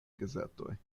gazetoj